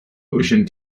ocean